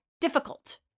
difficult